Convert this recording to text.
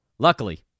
Luckily